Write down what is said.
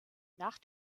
nach